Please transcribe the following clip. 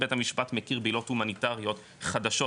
בית המשפט מכיר בעילות הומניטריות חדשות,